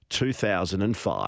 2005